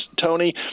Tony